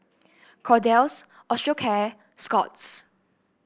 Kordel's Osteocare and Scott's